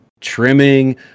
trimming